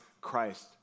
Christ